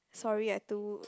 sorry I too